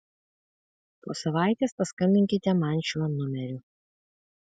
po savaitės paskambinkite man šiuo numeriu